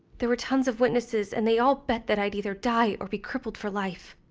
there were tons of witnesses, and they all bet that i'd either die or be crippled for life.